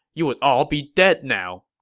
you would all be dead now.